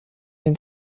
den